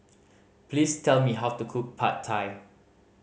please tell me how to cook Pad Thai